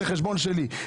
זה חשבון שלי.